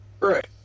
Right